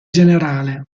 generale